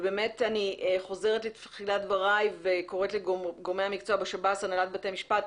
ואני חוזרת לתחילת דבריי וקוראת לגורמי המקצוע בשב"ס והנהלת בתי המשפט,